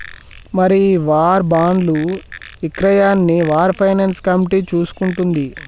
మరి ఈ వార్ బాండ్లు ఇక్రయాన్ని వార్ ఫైనాన్స్ కమిటీ చూసుకుంటుంది